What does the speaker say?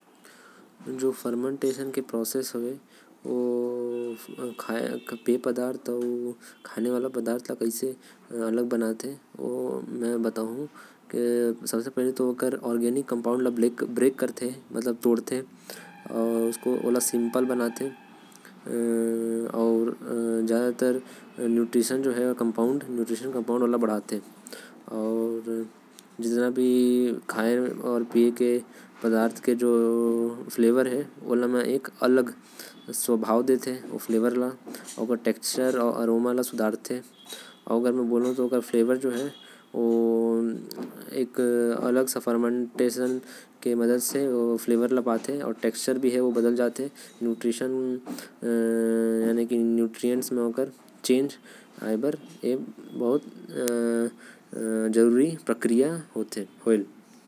किण्वन प्रक्रिया म खाद्य पदार्थ अउ। पेय पदार्थ के आर्गेनिक कंपाउंड ल तोड़ के न्यूट्रिएंट्स को बढ़ाथे। जेकर वजह से ओकर टेक्सचर अउ फ्लेवर बदल जाथे।